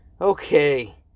Okay